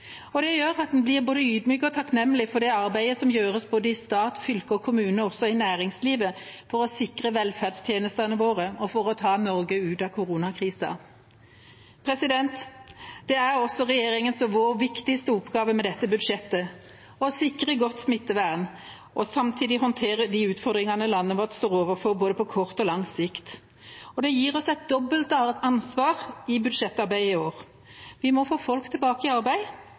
Det gjør at en blir både ydmyk og takknemlig for det arbeidet som gjøres i både stat, fylke og kommune, og også i næringslivet, for å sikre velferdstjenestene våre og for å ta Norge ut av koronakrisen. Det er også regjeringas og vår viktigste oppgave med dette budsjettet å sikre godt smittevern og samtidig håndtere de utfordringene landet vårt står overfor både på kort og på lang sikt. Det gir oss et dobbelt ansvar i budsjettarbeidet i år. Vi må få folk tilbake i arbeid,